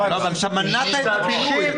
מנעת ממנו פינוי.